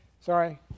Sorry